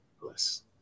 Bless